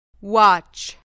Watch